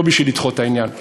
לא בשביל לדחות את העניין,